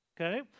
Okay